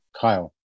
Kyle